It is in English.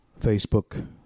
Facebook